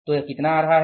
तो यह कितना आ रहा है